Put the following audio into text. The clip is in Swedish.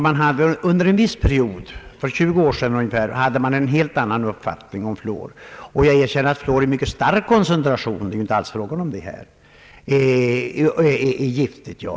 Jag hävdar fortfarande att det inte alls är fråga om gift.